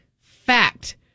Fact